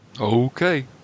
Okay